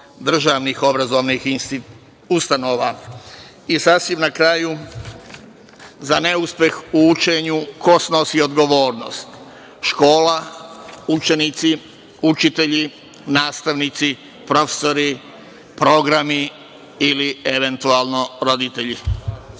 državnih obrazovnih ustanova? Sasvim na kraju, za neuspeh u učenju ko snosi odgovornost? Škola, učenici, učitelji, nastavnici, profesori, programi ili eventualno roditelji.